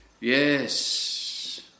Yes